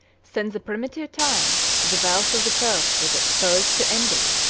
since the primitive times, the wealth of the popes was exposed to envy,